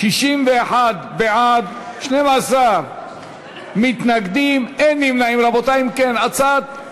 סיכון חיי אנשים באמצעות יידוי אבן או חפץ אחר),